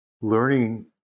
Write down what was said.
learning